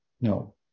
No